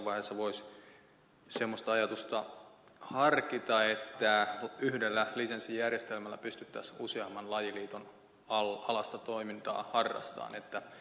jossain vaiheessa voisi semmoista ajatusta harkita että yhdellä lisenssijärjestelmällä pystyttäisiin useamman lajiliiton alaista toimintaa harrastamaan